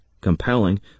compelling